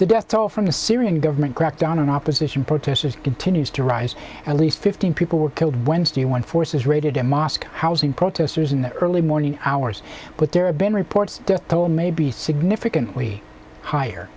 the death toll from the syrian government crackdown on opposition protesters continues to rise at least fifteen people were killed wednesday when forces raided a mosque housing protesters in the early morning hours but there have been reports death toll may be significantly higher